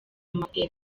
matela